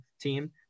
team